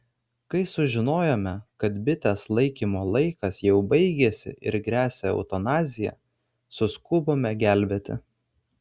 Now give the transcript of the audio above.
kai sužinojome kad bitės laikymo laikas jau baigėsi ir gresia eutanazija suskubome gelbėti